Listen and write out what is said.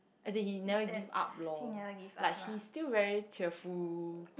as in he never give up lor like he still very cheerful